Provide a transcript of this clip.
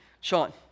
Sean